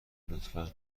لطفا